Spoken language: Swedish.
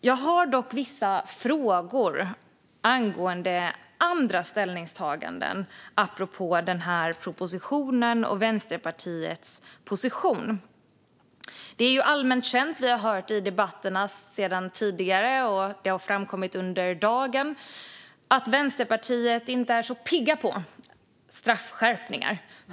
Jag har dock vissa frågor angående andra ställningstaganden apropå den här propositionen och Vänsterpartiets position. Det är allmänt känt - vi har hört det i debatterna sedan tidigare, och det har framkommit under dagen - att man i Vänsterpartiet inte är särskilt pigg på straffskärpningar.